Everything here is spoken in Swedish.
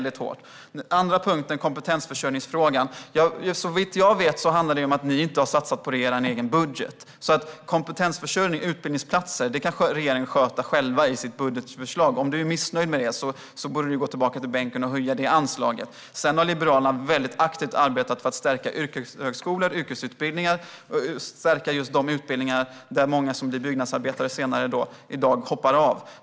Den andra punkten var kompetensförsörjningsfrågan. Såvitt jag vet handlar det om att ni inte har satsat på det i er egen budget, Johan Löfstrand. Kompetensförsörjning och utbildningsplatser kan regeringen sköta själv i sitt budgetförslag. Om du är missnöjd med det borde du gå tillbaka till bänken och höja det anslaget. Liberalerna har väldigt aktivt arbetat för att stärka yrkeshögskolor och yrkesutbildningar. Vi har arbetat för att stärka just de utbildningar som senare leder till att man blir byggnadsarbetare, där många i dag hoppar av.